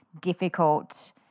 difficult